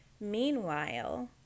Meanwhile